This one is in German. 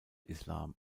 islam